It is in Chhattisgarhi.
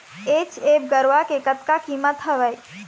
एच.एफ गरवा के कतका कीमत हवए?